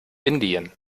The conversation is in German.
indien